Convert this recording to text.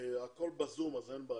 הכול בזום, אז אין בעיה.